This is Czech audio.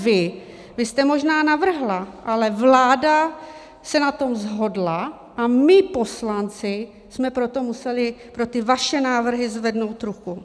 Vy jste možná navrhla, ale vláda se na tom shodla a my poslanci jsme museli pro ty vaše návrhy zvednout ruku.